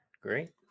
great